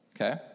okay